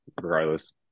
regardless